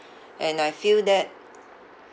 and I feel that